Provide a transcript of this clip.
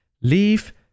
leave